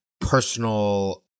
personal